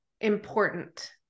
important